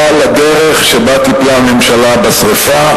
על הדרך שבה טיפלה הממשלה בשרפה?